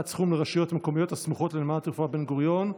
סכום לרשויות המקומיות הסמוכות לנמל התעופה בן-גוריון),